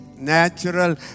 natural